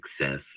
success